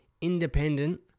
independent